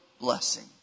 blessing